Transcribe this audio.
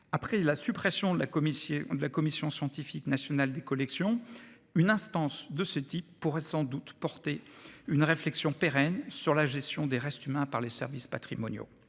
Après la suppression de la Commission scientifique nationale des collections, une instance de ce type pourrait sans doute assurer une réflexion pérenne sur la gestion des restes humains par les services patrimoniaux.